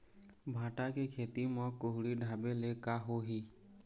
भांटा के खेती म कुहड़ी ढाबे ले का होही?